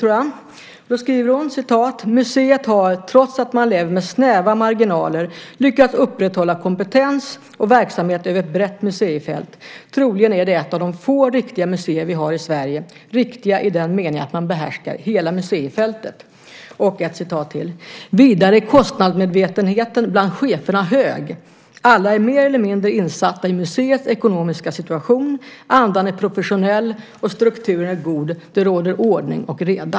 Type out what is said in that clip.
Hon skriver: "Museet har, trots att man lever med snäva marginaler, lyckats upprätthålla kompetens och verksamhet över ett brett museifält. Troligen är det ett av de få 'riktiga' museer vi har i Sverige - riktiga i den meningen att man behärskar hela museifältet." Jag har ett citat till. "Vidare är kostnadsmedvetenheten bland cheferna hög. Alla är mer eller mindre insatta i museets ekonomiska situation. Andan är professionell och strukturen är god, det råder 'ordning och reda'".